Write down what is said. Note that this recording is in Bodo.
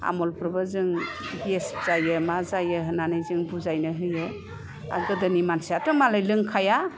आमुलखौबो जों गेस जायो मा जायो होननानै जों बुजायनो होयो आरो गोदोनि मानसियाथ' मालाय लोंखाया